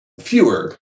fewer